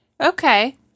Okay